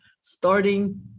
starting